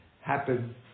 happen